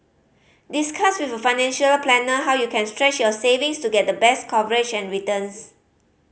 discuss with a financial planner how you can stretch your savings to get the best coverage and returns